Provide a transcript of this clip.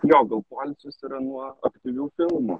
jo gal poilsis yra nuo aktyvių filmų